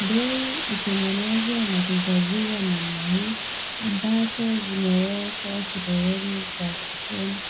Mbegu hutengenezwa na kuhifadhiwa namna hii ambacho zimewekwa kileleni kwa jikoni